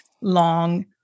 long